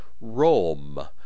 Rome